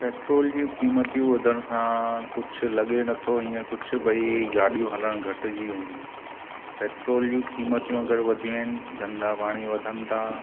petrol जी क़ीमतियूं वधण सां कुझु लॻे नथो हीअं कुझ भई गाॾियूं हलण घटिजी वेयूं पेट्रोल जी क़ीमतियूं अगरि वधियूं आहिनि धंधा पाणी वधनि था